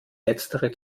letztere